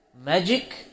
Magic